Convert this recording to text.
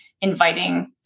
inviting